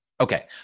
Okay